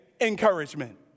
encouragement